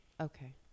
okay